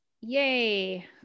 Yay